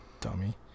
dummy